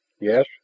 Yes